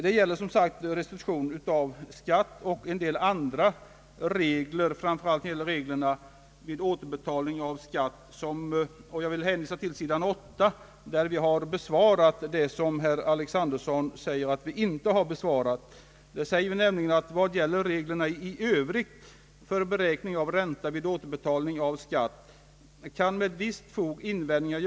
Det gäller som sagt restitution av skatt och en del andra regler, framför allt regler vid : återbetalning av skatt. Jag vill hänvisa till sidan 8 i betänkandet, där vi har besvarat det som herr Alexanderson säger att vi inte svarat på. :Vi säger nämligen: »Vad gäller reglerna i övrigt för beräkning av ränta vid återbetalning av skatt kan med visst :fog invändningar.